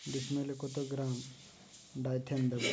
ডিস্মেলে কত গ্রাম ডাইথেন দেবো?